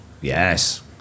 Yes